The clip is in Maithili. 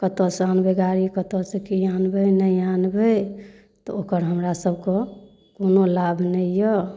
कतऽसँ अनबै गाड़ी कतऽसँ कि आनबै नहि आनबै तऽ ओकर हमरासबके कोनो लाभ नहि अइ